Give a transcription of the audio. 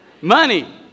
money